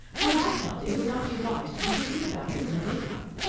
but i felt it would not be wise to be seen about here in the daytime,